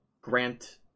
grant